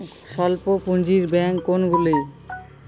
স্বল্প পুজিঁর ব্যাঙ্ক কোনগুলি?